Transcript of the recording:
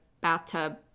bathtub